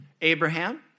Abraham